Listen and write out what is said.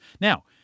Now